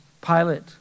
Pilate